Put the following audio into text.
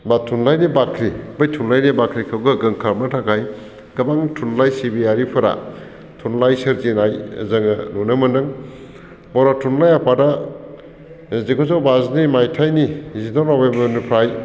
बा थुनलाइनि बाख्रि बै थुनलाइनि बाख्रिखौ गोग्गोम खालामनो थाखाय गोबां थुनलाइ सिबियारिफोरा थुनलाइ सोरजिनाय जोङो नुनो मोन्दों बर' थुनलाइ आफादा जिगुजौ बाजिनै मायथाइनि जिद' नबेम्बरनिफ्राय